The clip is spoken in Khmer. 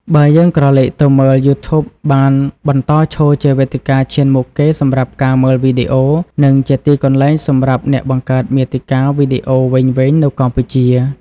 បើយើងក្រឡេកទៅមើល យូធូប បានបន្តឈរជាវេទិកាឈានមុខគេសម្រាប់ការមើលវីដេអូ និងជាទីកន្លែងសម្រាប់អ្នកបង្កើតមាតិកាវីដេអូវែងៗនៅកម្ពុជា។